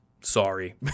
Sorry